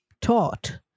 taught